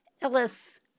Ellis